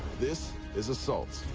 this is assault.